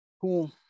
Cool